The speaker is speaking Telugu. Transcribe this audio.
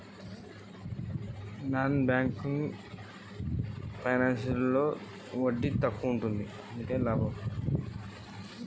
నాన్ బ్యాంకింగ్ ఫైనాన్స్ సర్వీస్ లో ఋణం తీసుకోవడం వల్ల లాభాలు ఏమిటి?